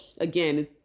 again